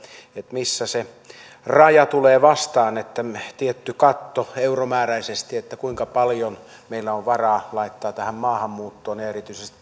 missä se raja tulee vastaan että on tietty katto euromääräisesti kuinka paljon meillä on varaa laittaa tähän maahanmuuttoon ja erityisesti